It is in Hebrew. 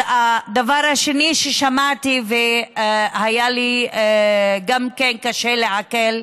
הדבר השני ששמעתי, והיה לי גם קשה לעכל,